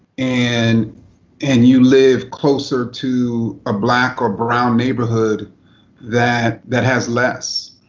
and and you live closer to a black or brown neighborhood that that has less,